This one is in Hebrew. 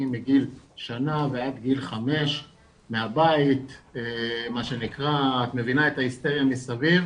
מגיל שנה ועד גיל חמש מהבית - מה שנקרא את מבינה את ההיסטריה מסביב